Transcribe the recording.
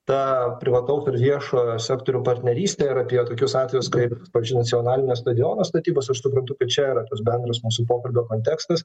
tą privataus ir viešojo sektorių partnerystę ir apie tokius atvejus kaip pavyzdžiui nacionalinio stadiono statybos aš suprantu kad čia yra tas bendros mūsų pokalbio kontekstas